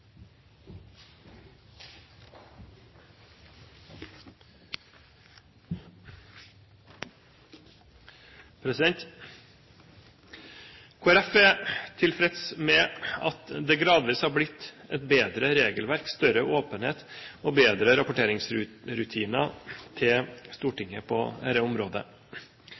tilfreds med at det gradvis har blitt et bedre regelverk, større åpenhet og bedre rapporteringsrutiner til Stortinget på dette området.